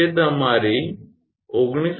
તે તમારી 19